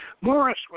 Morris